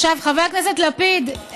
חבר הכנסת לפיד,